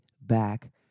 back